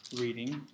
reading